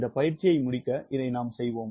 இந்த பயிற்சியை முடிக்க இதை செய்வோம்